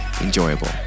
enjoyable